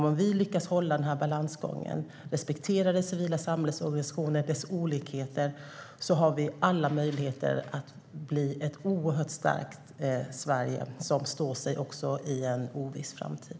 Om vi lyckas hålla den balansgången - respektera det civila samhällets organisationer och deras olikheter - är jag övertygad om att vi har alla möjligheter att bli ett oerhört starkt Sverige som står sig också i en oviss framtid.